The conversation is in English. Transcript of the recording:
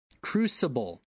Crucible